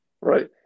Right